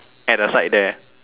at the side there